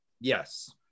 yes